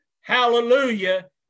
hallelujah